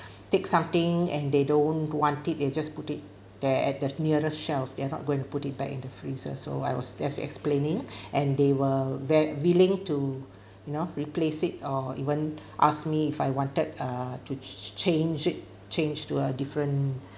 take something and they don't want it they just put it there at the nearest shelf they're not going to put it back in the freezer so I was just explaining and they were ve~ willing to you know replace it or even asked me if I wanted uh to ch~ change it change to a different